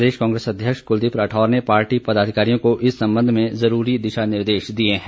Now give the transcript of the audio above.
प्रदेश कांग्रेस अध्यक्ष कुलदीप राठौर ने पार्टी पदाधिकारियों को इस संबंध में ज़रूरी दिशा निर्देश दिए हैं